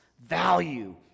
value